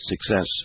success